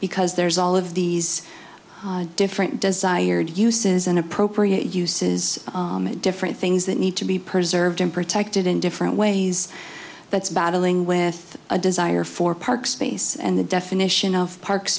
because there's all of these different desired uses an appropriate uses different things that need to be preserved and protected in different ways that's battling with a desire for park space and the definition of park